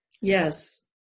Yes